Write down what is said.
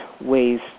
ways